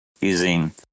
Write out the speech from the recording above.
using